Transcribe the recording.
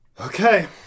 Okay